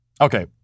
Okay